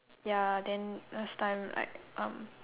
ya then last time like um